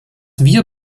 wir